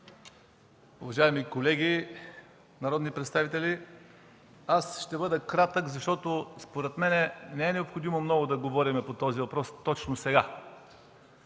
уважаеми колеги народни представители! Ще бъда кратък, защото според мен не е необходимо много да говорим по този въпрос точно сега.